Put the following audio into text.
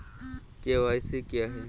KYC क्या है?